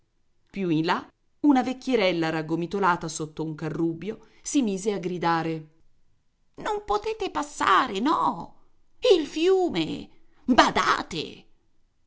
più in là una vecchierella raggomitolata sotto un carrubbio si mise a gridare non potete passare no il fiume badate